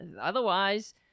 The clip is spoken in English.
Otherwise